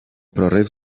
прорив